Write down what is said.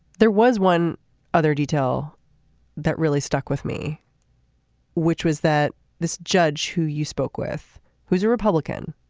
there was one other detail that really stuck with me which was that this judge who you spoke with who's a republican